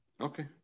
Okay